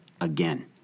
again